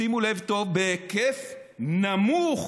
שימו לב טוב: "בהיקף נמוך